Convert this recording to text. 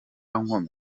nkomyi